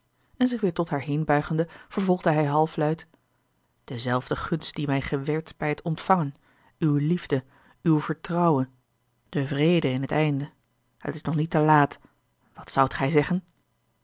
en zich weêr tot haar heenbuigende vervolgde hij halfluid dezelfde gunst die mij gewerd bij t ontvangen uwe liefde uw vertrouwen den vrede in t einde het is nog niet te laat wat zoudt gij zeggen